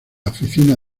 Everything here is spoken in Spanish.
oficina